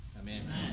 Amen